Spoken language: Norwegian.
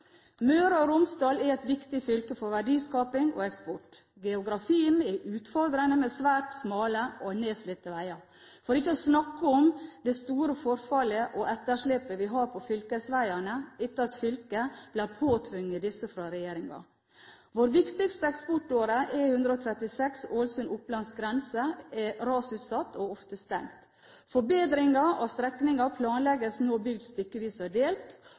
Møre og Romsdal er et viktig fylke for verdiskaping og eksport. Geografien er utfordrende, med svært smale og nedslitte veier – for ikke å snakke om det store forfallet og etterslepet vi har på fylkesveiene, etter at fylket ble påtvunget disse av regjeringen. Vår viktigste eksportåre, E136 Ålesund–Opplands grense, er rasutsatt og ofte stengt. Forbedringen av strekningen planlegges nå gjort stykkevis og delt,